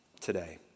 today